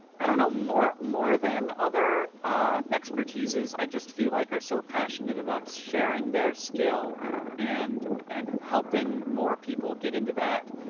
i don't know, more more than other expertises, i just feel like are so passionate about sharing their skill and and helping more people get into that.